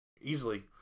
easily